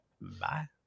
Bye